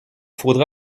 faudra